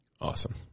Awesome